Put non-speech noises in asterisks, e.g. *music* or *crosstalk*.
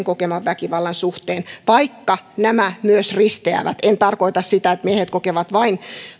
*unintelligible* kokeman väkivallan suhteen vaikka nämä myös risteävät en tarkoita sitä että miehet kokevat vain